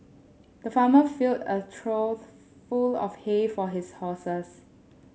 the farmer filled a trough full of hay for his horses